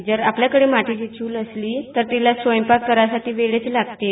जर आपल्याकडे मातीची चूल असली तर तिला स्वयंपाक करायसाठी वेळच लागतो